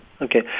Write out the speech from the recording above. Okay